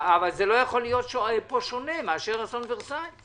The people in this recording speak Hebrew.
אבל זה לא יכול להיות שונה פה מאסון ורסאי,